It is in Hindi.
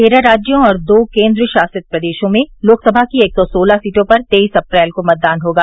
तेरह राज्यों और दो केन्द्र शासित प्रदेशों में लोकसभा की एक सौ सोलह सीटों पर तेईस अप्रैल को मतदान होगा